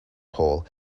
pole